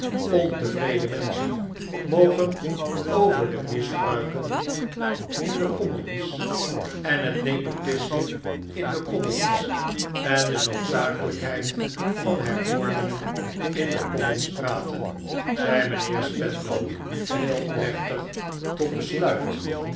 ontevreden menschen mogen over de misbruiken in de commons en het nepotisme in de commons en de noodzakelijkheid van hervormingen in de commons praten zei mijnheer spenlow heel plechtig tot besluit